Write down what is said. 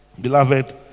beloved